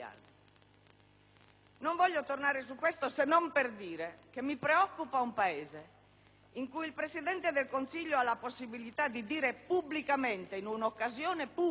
Non voglio tornare sulla questione se non per dire che mi preoccupa un Paese in cui il Presidente del Consiglio ha la possibilità di affermare pubblicamente, che chiunque